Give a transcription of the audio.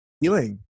feeling